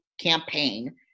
campaign